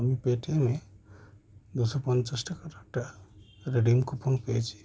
আমি পেটিএমে দুশো পঞ্চাশ টাকার একটা রেডিম কুপন পেয়েছি